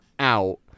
out